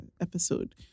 episode